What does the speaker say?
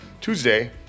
Tuesday